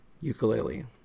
ukulele